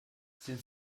sind